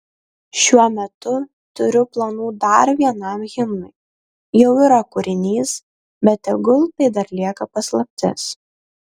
šiuo metu turiu planų dar vienam himnui jau yra kūrinys bet tegul tai dar lieka paslaptis